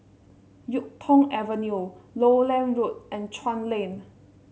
YuK Tong Avenue Lowland Road and Chuan Lane